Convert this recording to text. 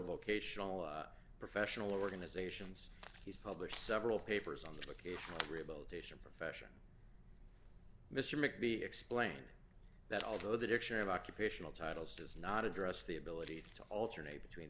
vocational professional organizations he's published several papers on the occasional rehabilitation profession mr mcbee explained that although the dictionary of occupational titles does not address the ability to alternate between